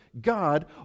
God